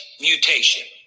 mutation